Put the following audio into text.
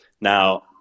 Now